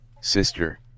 sister